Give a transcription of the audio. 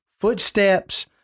footsteps